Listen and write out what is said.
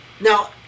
Now